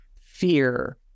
fear